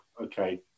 okay